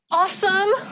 awesome